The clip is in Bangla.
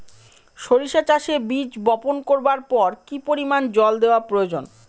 সরিষা চাষে বীজ বপন করবার পর কি পরিমাণ জল দেওয়া প্রয়োজন?